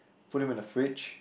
put them in the fridge